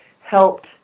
helped